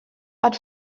but